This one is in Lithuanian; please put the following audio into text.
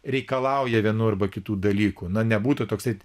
reikalauja vienų arba kitų dalykų na nebūtų toksai